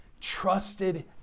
trusted